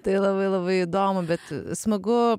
tai labai labai įdomu bet smagu